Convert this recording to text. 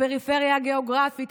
הפריפריה הגיאוגרפית,